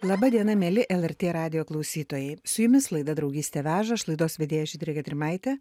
laba diena mieli lrt radijo klausytojai su jumis laida draugystė veža aš laidos vedėja žydrė gedrimaitė